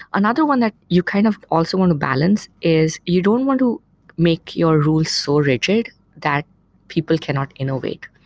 another one that you kind of also want to balance is you don't want to make your rules so rigid that people cannot innovate.